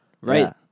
Right